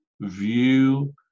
view